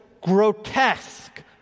grotesque